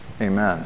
amen